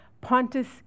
Pontus